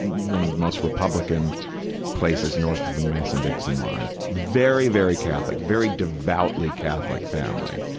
one of the most republican places north of the mason-dixon line, very, very catholic, very devoutly catholic family,